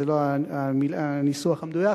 זה לא הניסוח המדויק.